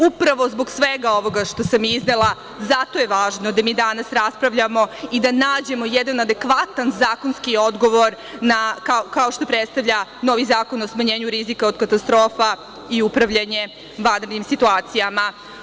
Upravo zbog svega ovoga što sam iznela, zato je važno da mi danas raspravljamo i da nađemo jedan adekvatan zakonski odgovor kao što predstavlja novi Zakon o smanjenju rizika od katastrofa i upravljanje vanrednim situacijama.